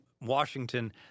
Washington